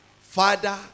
Father